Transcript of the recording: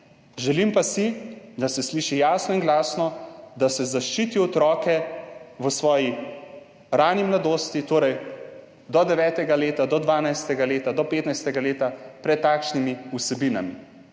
Želim pa si, da se sliši jasno in glasno, da se zaščiti otroke v njihovi rani mladosti, torej do 9. leta, do 12. leta, do 15. leta pred takšnimi vsebinami.